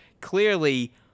clearly